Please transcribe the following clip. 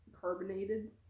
carbonated